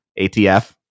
ATF